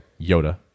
Yoda